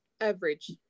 average